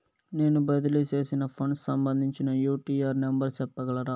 నేను బదిలీ సేసిన ఫండ్స్ సంబంధించిన యూ.టీ.ఆర్ నెంబర్ సెప్పగలరా